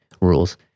rules